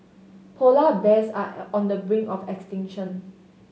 polar bears are on the brink of extinction